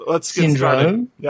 syndrome